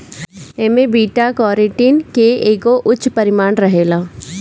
एमे beta carotene के एगो उच्च परिमाण रहेला